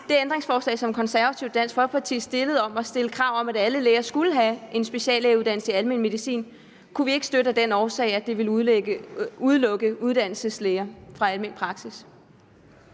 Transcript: Det ændringsforslag, som Konservative og Dansk Folkeparti stillede, om at stille krav om, at alle læger skulle have en speciallægeuddannelse i almen medicin, kunne vi ikke støtte af den årsag, at det ville udelukke uddannelseslæger fra almen praksis.